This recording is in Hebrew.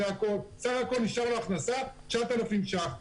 בסך הכול נשארת לו הכנסה של 9,000 ש"ח.